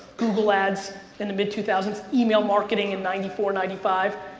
google ads in the mid two thousand s, email marketing in ninety four, ninety five.